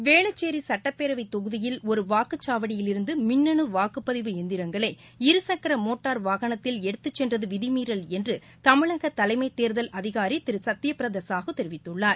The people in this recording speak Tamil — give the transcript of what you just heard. வேளச்சேரி சட்டப்பேரவைத் தொகுதியில் ஒரு வாக்குச் சாவடியிலிருந்து மின்னணு வாக்குப்பதிவு எந்திரங்களை இரு சக்கர மோட்டார் வாகனத்தில் எடுத்துச் சென்றது விதிமீறல் என்று தமிழக தலைமை தேர்தல் அதிகாரி திரு சத்ய பிரதா சாகு தெரிவித்துள்ளார்